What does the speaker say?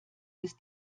ist